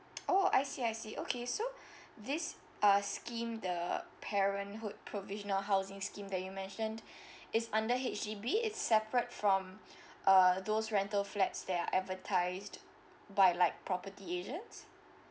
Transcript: oh I see I see okay so this uh scheme the parenthood provisional housing scheme that you mentioned is under H_D_B is separate from uh those rental flats that're advertised by like property agents